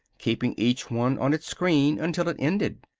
keeping each one on its screen until it ended.